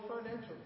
financially